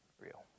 real